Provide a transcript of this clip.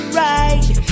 right